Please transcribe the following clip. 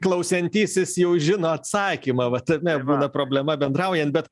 klausiantysis jau žino atsakymą va tame būna problema bendraujant bet